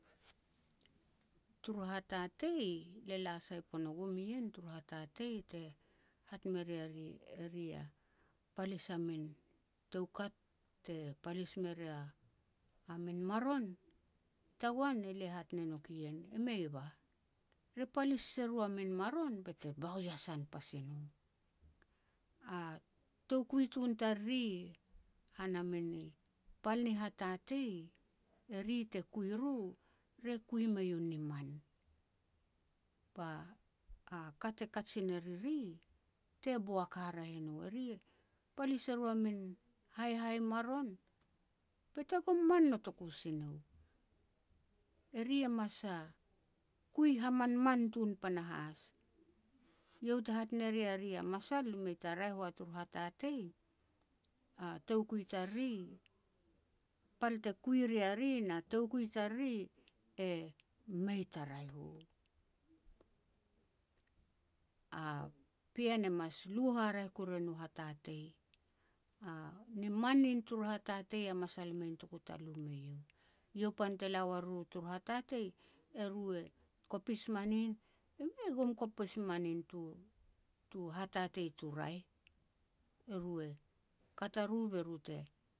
Turu hatatei, lia la sai pon o gum ien, turu hatatei te hat me ria ri eri ya palis a min toukat te palis me ria a min maron, tagoan elia hat ne nouk ien, e mei bah. Re palis se ru a min maron bete bau iasan pas i no. A toukui tun tariri han a mini pal ni hatatei, e ri te kui ro, re kui mei u ni man, ba a ka te kajin e riri te boak haraeh i no. E ri e palis e ro a min haihai maron, bete gom man notoku si nou. E ri e mas kui hamanman tun panahas. Iau te hat ne ria ri a masal i mei ta raeh ua turu hatatei, a toukui tariri, pal te kui ria ri na toukui tariri, e mei ta raeh u. A pean e mas lu haraeh kuru nu hatatei. A ni man nin turu hatatei a masal e mei notoku ta lu me iau. Iau pan te la wa riru turu hatatei e ru e kopis manin, e ru e kum kopis ma nin tu-tu hatatei tu raeh, e ru e kat a ru be ru te